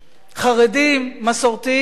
חרדים, מסורתיים.